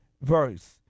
verse